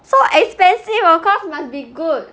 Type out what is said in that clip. so expensive of course must be good